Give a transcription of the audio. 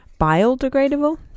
Biodegradable